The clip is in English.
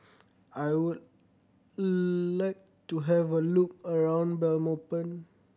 I would like to have a look around Belmopan